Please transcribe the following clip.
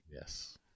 Yes